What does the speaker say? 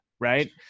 right